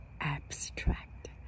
abstract